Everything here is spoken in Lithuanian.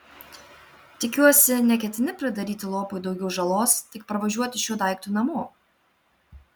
tikiuosi neketini pridaryti lopui daugiau žalos tik parvažiuoti šiuo daiktu namo